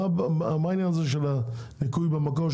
מה העניין הזה של הניכוי במקור,